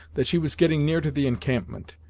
that she was getting near to the encampment,